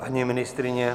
Paní ministryně?